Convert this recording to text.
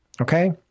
Okay